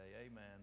Amen